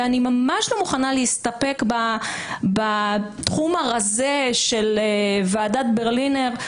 ואני ממש לא מוכנה להסתפק בתחום הרזה של ועדת ברלינר.